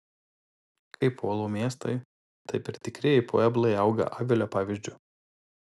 kaip uolų miestai taip ir tikrieji pueblai auga avilio pavyzdžiu